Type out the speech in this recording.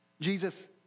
Jesus